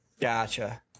Gotcha